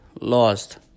lost